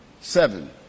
seven